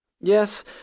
Yes